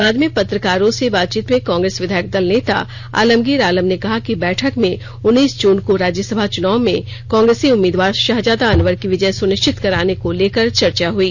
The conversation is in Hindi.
बाद में पत्रकारों से बातचीत में कांग्रेस विधायक दल नेता आलमगीर आलम ने कहा की बैठक में उन्नीस जून को राज्यसभा चुनाव में कांग्रेसी उम्मीदवार शहजादा अनवर की विजय सुनिश्चित कराने को लेकर चर्चा हई